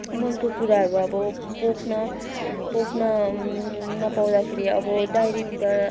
मनको कुराहरू अब पोख्न पोख्न नपाउँदाखेरि अब डायरीतिर